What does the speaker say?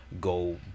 go